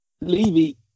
Levy